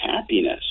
happiness